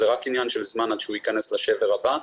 זה רק עניין של זמן עד שהוא ייכנס לשבר הבא.